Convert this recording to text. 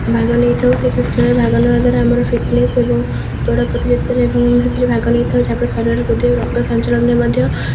ଭାଗ ନେଇଥାଉ ସେ ଖେଳରେ ଭାଗ ନେବା ଦ୍ୱାରା ଆମର ଫିଟନେସ୍ ଏବଂ ଦୌଡ଼ା ପ୍ରତିଯୋଗିତାରେ ଏବଂ ସେଥିରେ ଭାଗ ନେଇଥାଉ ଯାହାଫଳରେ ଶରୀର ବୃଦ୍ଧ ରକ୍ତ ସଞ୍ଚାଳନରେ ମଧ୍ୟ